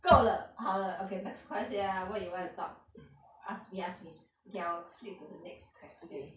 够了好了 okay next question what you want to talk ask me ask me okay I will flip to the next question